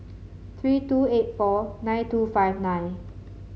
three two eight four nine two five nine